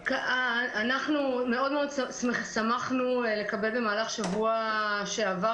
מאוד מאוד שמחנו לקבל במהלך שבוע שעבר